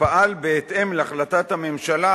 ופעל בהתאם להחלטת הממשלה,